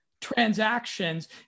transactions